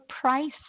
price